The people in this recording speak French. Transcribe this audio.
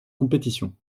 compétition